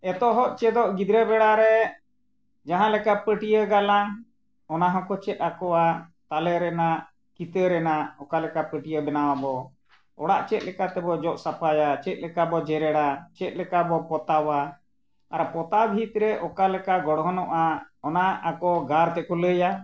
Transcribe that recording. ᱮᱛᱚᱦᱚᱵ ᱪᱮᱫᱚᱜ ᱜᱤᱫᱽᱨᱟᱹ ᱵᱮᱲᱟ ᱨᱮ ᱡᱟᱦᱟᱸ ᱞᱮᱠᱟ ᱯᱟᱹᱴᱭᱟᱹ ᱜᱟᱞᱟᱝ ᱚᱱᱟ ᱦᱚᱸᱠᱚ ᱪᱮᱫ ᱟᱠᱚᱣᱟ ᱛᱟᱞᱮ ᱨᱮᱱᱟᱜ ᱠᱤᱛᱟᱹ ᱨᱮᱱᱟᱜ ᱚᱠᱟ ᱞᱮᱠᱟ ᱯᱟᱹᱴᱭᱟᱹ ᱵᱮᱱᱟᱣᱟᱵᱚ ᱚᱲᱟᱜ ᱪᱮᱫ ᱞᱮᱠᱟ ᱛᱮᱵᱚᱱ ᱡᱚᱜ ᱥᱟᱯᱷᱟᱭᱟ ᱪᱮᱫ ᱞᱮᱠᱟ ᱵᱚᱱ ᱡᱮᱨᱮᱲᱟ ᱪᱮᱫ ᱞᱮᱠᱟ ᱵᱚᱱ ᱯᱚᱛᱟᱣᱟ ᱟᱨ ᱯᱚᱛᱟᱣ ᱵᱷᱤᱛ ᱨᱮ ᱚᱠᱟ ᱞᱮᱠᱟ ᱜᱚᱲᱦᱚᱱᱚᱜᱼᱟ ᱚᱱᱟ ᱟᱠᱚ ᱜᱟᱨ ᱛᱮᱠᱚ ᱞᱟᱹᱭᱟ